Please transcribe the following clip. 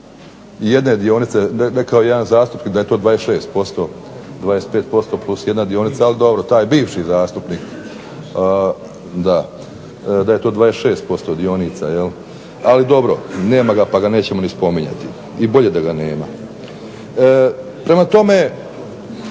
25+1 dionice, rekao je jedan zastupnik da je to 26%, 25%+1 dionica ali dobro taj je bivši zastupnik, da je to 26% dionica. Ali dobro, nema ga pa ga nećemo spominjati, bolje je da ga nema. Prema tome,